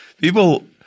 People